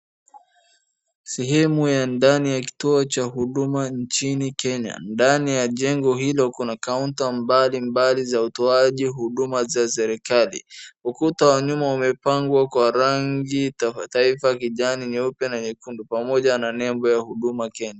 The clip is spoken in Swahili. Sehemu ya ndani ya kituo cha huduma nchini Kenya. Ndani ya jengo hilo kuna kaunta mbalimbali za utoaji huduma za serikali. Ukuta wa nyuma umepambwa kwa rangi taifa kijani, nyeupe na nyekundu pamoja na nembo ya Huduma Kenya.